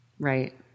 right